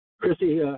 Chrissy